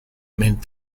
meant